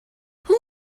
who